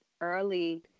early